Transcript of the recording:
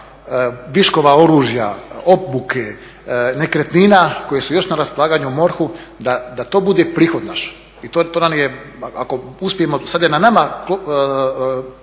viškova oružja, obuke, nekretnina koje su još na raspolaganju MORH-u, da to bude prihod naš i to nam je, ako uspijemo, sad je na nama